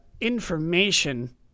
information